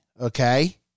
okay